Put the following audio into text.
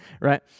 right